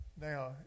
Now